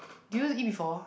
do you eat before